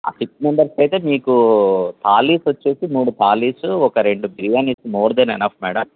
six మెంబర్స్కి అయితే మీకూ తాలీస్ వచ్చేసి మూడు తాలీసూ ఒక రెండు biryanis more than enough madam